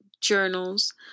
journals